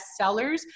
bestsellers